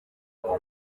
ngo